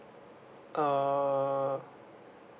oh